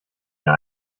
mir